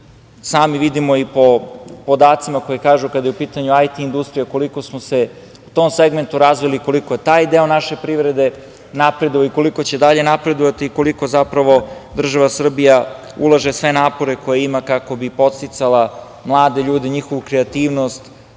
vidimo i po podacima koji kažu, kada je u pitanju IT industrija, koliko smo se u tom segmentu razvili, koliko je taj deo naše privrede napreduje i koliko će dalje napredovati i koliko zapravo država Srbija ulaže sve napore koje ima kako bi podsticala mlade ljude, njihovu kreativnost